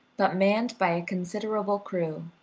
but manned by a considerable crew,